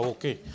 Okay